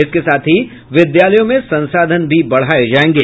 इसके साथ ही विद्यालयों में संसाधन भी बढ़ाये जायेंगे